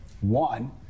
One